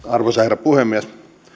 arvoisa herra puhemies